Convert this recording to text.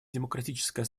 демократическая